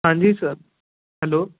ਹਾਂਜੀ sir hello